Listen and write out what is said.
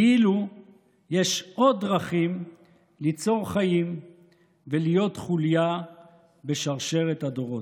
כאילו יש עוד דרכים ליצור חיים ולהיות חוליה בשרשרת הדורות,